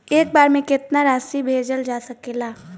एक बार में केतना राशि भेजल जा सकेला?